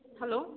hello